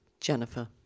Jennifer